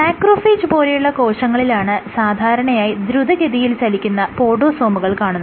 macrophage പോലെയുള്ള കോശങ്ങളിലാണ് സാധാരണയായി ദ്രുതഗതിയിൽ ചലിക്കുന്ന പൊഡോസോമുകൾ കാണുന്നത്